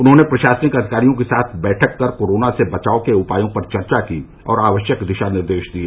उन्होंने प्रशासनिक अधिकारियों के साथ बैठक कर कोरोना से बचाव के उपायों पर चर्चा की और आवश्यक दिशा निर्देश दिए